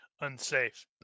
unsafe